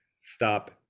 stop